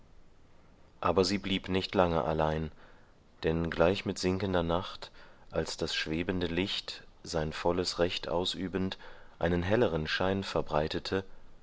aber sie blieb nicht lange allein denn gleich mit sinkender nacht als das schwebende licht sein volles recht ausübend einen helleren schein verbreitete